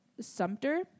Sumter